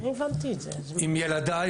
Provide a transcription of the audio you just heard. עם ילדיי,